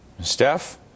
Steph